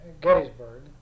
Gettysburg